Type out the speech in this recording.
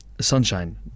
Sunshine